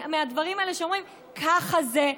מהדברים האלה שאומרים: ככה זה,